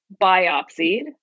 biopsied